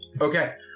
Okay